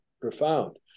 profound